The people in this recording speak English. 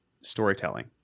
storytelling